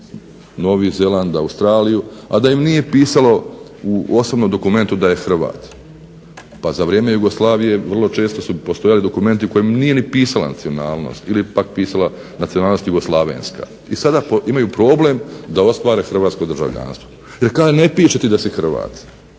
Novi zeland, Australiju a da im nije pisalo u osobnom dokumentu da je Hrvat, pa za vrijeme Jugoslavije vrlo često su postojali dokumenti u kojima nije pisala nacionalnost ili je pak pisala nacionalnost jugoslavenska, i sada imaju problem da ostvare hrvatsko državljanstvo jer kaže ne piše da si Hrvat.